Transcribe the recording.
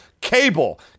Cable